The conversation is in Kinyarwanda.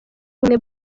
ubumwe